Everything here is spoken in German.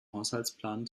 haushaltsplan